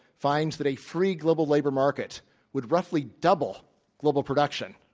finds that a free global labor market would roughly double global production.